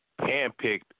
handpicked